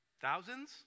Thousands